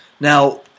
Now